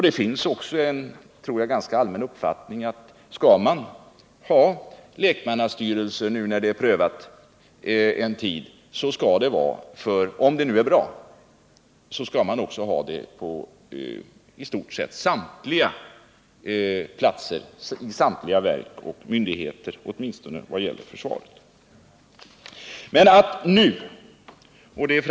Det finns också en, tror jag, ganska allmän uppfattning att om lekmannastyrelser är bra, så skall man införa sådana, i samtliga verk och myndigheter — åtminstone i vad gäller försvaret.